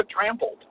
trampled